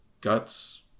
guts